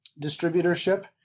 distributorship